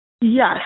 Yes